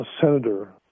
senator